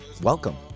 Welcome